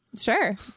Sure